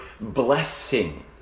blessing